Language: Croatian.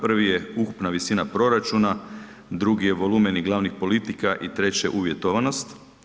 Prvi je ukupna visina proračuna, drugi je volumeni glavnih politika i treće uvjetovanost.